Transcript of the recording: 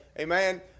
amen